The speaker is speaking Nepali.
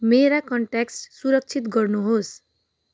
मेरा कन्ट्याक्ट्स सुरक्षित गर्नुहोस्